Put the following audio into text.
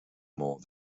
more